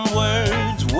words